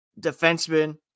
defenseman